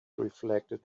reflected